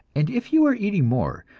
and if you are eating more,